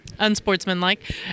unsportsmanlike